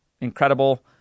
incredible